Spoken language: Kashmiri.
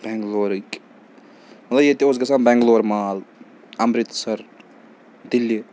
بٮ۪نٛگلورٕکۍ مطلب ییٚتہِ اوس گژھان بٮ۪نٛگلور مال اَمرِتسَر دِلہِ